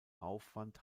aufwand